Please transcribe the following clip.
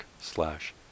slash